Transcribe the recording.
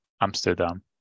Amsterdam